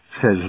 says